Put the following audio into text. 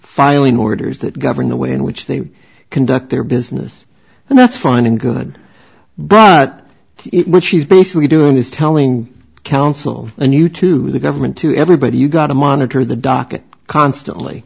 filing orders that govern the way in which they conduct their business and that's fine and good but what she's basically doing is telling counsel and you to the government to everybody you got to monitor the docket constantly